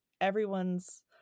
everyone's